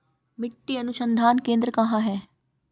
मिट्टी अनुसंधान केंद्र कहाँ है?